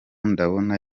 ndabona